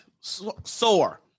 sore